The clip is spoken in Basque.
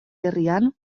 herrian